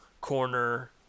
corner